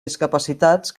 discapacitats